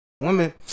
Women